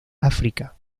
áfrica